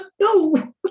no